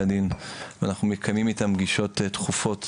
הדין ואנחנו מקיימים איתם פגישות תכופות